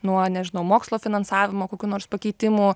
nuo nežinau mokslo finansavimo kokių nors pakeitimų